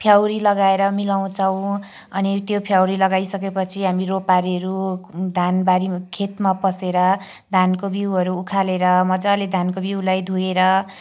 फ्याउरी लगाएर मिलाउँछौँ अनि त्यो फ्याउरी लगाइसकेपछि हामी रोपारेहरू धानबारी खेतमा पसेर धानको बिउहरू उखालेर मजाले धानको बिउलाई धोएर